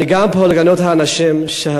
אני גם רוצה לגנות פה את האנשים שהעלו